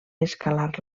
escalar